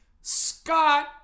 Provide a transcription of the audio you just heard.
Scott